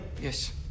Yes